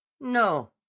No